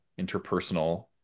interpersonal